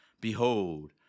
Behold